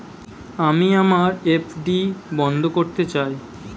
আমি আমার এফ.ডি বন্ধ করতে চাই